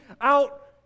out